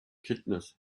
kindness